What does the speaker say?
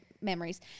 memories